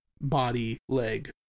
body-leg